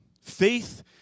Faith